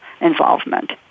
involvement